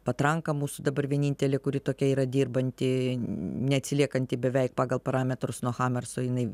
patranka mūsų dabar vienintelė kuri tokia yra dirbanti neatsiliekanti beveik pagal parametrus nuo hamerso jinai